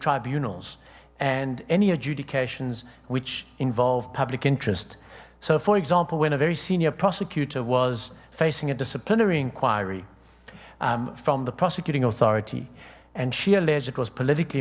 tribunals and any adjudications which involve public interest so for example when a very senior prosecutor was facing a disciplinary inquiry from the prosecuting authority and she alleged it was politically